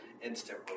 instant